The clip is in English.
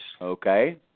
Okay